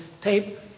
tape